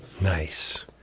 Nice